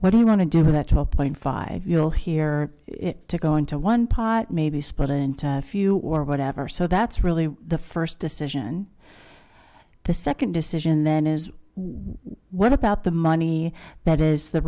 why do you want to do that to a point five you know here to go into one pot maybe split into a few or whatever so that's really the first decision the second decision then is what about the money that is the